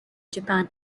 japan